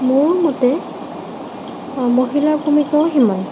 মোৰ মতে মহিলাৰ ভূমিকাও সিমান